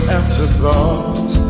afterthought